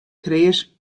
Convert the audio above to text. kreas